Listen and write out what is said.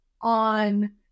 on